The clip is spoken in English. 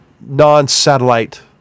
non-satellite